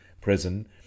prison